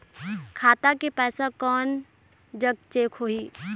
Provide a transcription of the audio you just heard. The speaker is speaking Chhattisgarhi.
खाता के पैसा कोन जग चेक होही?